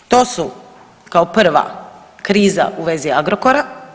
To su kao prva kriza u vezi Agrokora.